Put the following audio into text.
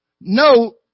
no